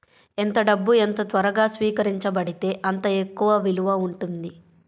ఎంత డబ్బు ఎంత త్వరగా స్వీకరించబడితే అంత ఎక్కువ విలువ ఉంటుంది